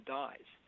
dies